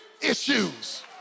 issues